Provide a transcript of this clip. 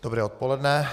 Dobré odpoledne.